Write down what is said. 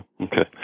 okay